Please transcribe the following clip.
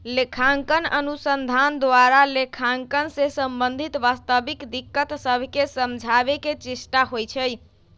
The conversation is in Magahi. लेखांकन अनुसंधान द्वारा लेखांकन से संबंधित वास्तविक दिक्कत सभके समझाबे के चेष्टा होइ छइ